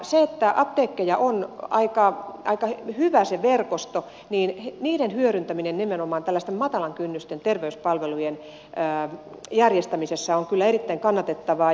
kun apteekkeja on aika hyvä verkosto niin niiden hyödyntäminen nimenomaan tällaisten matalan kynnysten terveyspalvelujen järjestämisessä on kyllä erittäin kannatettavaa